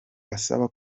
asaba